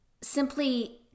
simply